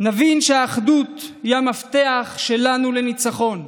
נבין שהאחדות היא המפתח שלנו לניצחון.